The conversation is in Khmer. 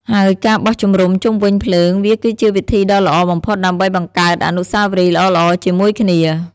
ហើយការបោះជំរំជុំវិញភ្លើងវាគឺជាវិធីដ៏ល្អបំផុតដើម្បីបង្កើតអនុស្សាវរីយ៍ល្អៗជាមួយគ្នា។